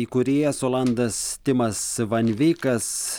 įkūrėjas olandas timas van veikas